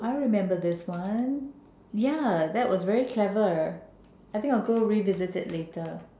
I remember this one yeah that was very clever I think I will go revisit it later